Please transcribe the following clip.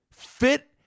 Fit